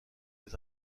les